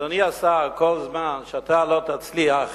אדוני השר, כל זמן שאתה לא תצליח